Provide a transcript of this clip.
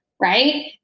right